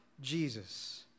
Jesus